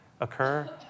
occur